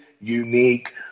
unique